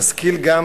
תשכיל גם,